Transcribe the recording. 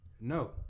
No